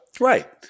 Right